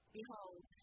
Behold